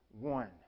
one